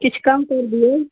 किछु कम करि दियौ